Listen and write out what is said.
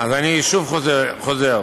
אני שוב חוזר: